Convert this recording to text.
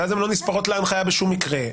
שלא נספרות להנחיה בשום מקרה.